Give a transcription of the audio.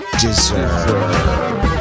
deserve